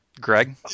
Greg